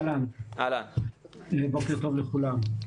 בוקר טוב לכולם,